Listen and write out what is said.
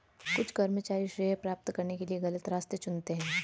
कुछ कर्मचारी श्रेय प्राप्त करने के लिए गलत रास्ते चुनते हैं